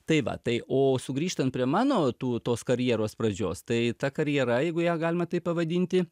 tai va tai o sugrįžtant prie mano tų tos karjeros pradžios tai ta karjera jeigu ją galima taip pavadinti